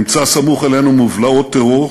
נמצא סמוך אלינו מובלעות טרור,